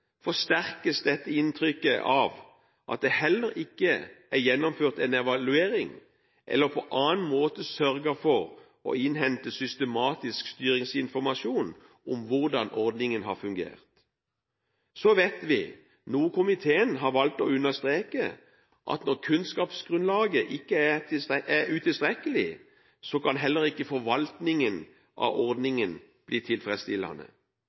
forsterkes dette inntrykket av at det heller ikke er gjennomført en evaluering eller på annen måte sørget for å innhente systematisk styringsinformasjon om hvordan ordningen har fungert. Så vet vi – noe komiteen har valgt å understreke – at når kunnskapsgrunnlaget er utilstrekkelig, kan heller ikke forvaltningen av ordningen bli tilfredsstillende.